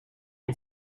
and